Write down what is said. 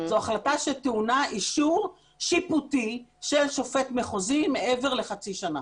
זו החלטה שטעונה אישור שיפוטי של שופט מחוזי מעבר לחצי שנה.